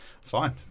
Fine